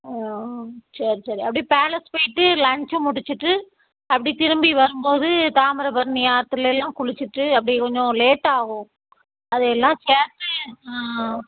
சரி சரி அப்படியே பேலஸ் போய்ட்டு லஞ்ச்சை முடிச்சுட்டு அப்படி திரும்பி வரும் போது தாமிரபரணி ஆற்றிலேலாம் குளிச்சுட்டு அப்படி கொஞ்சம் லேட்டாகும் அதை எல்லாம் சேர்த்து